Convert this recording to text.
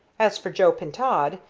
as for joe pintaud,